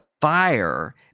fire